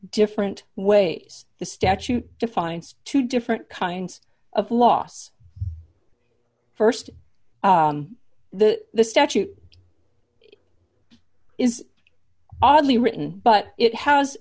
different ways the statute defines two different kinds of loss first the the statute is oddly written but it has